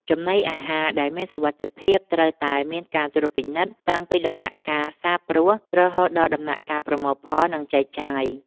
ចំណីអាហារដែលមានសុវត្ថិភាពត្រូវតែមានការត្រួតពិនិត្យតាំងពីដំណាក់កាលសាបព្រោះរហូតដល់ដំណាក់កាលប្រមូលផលនិងចែកចាយ។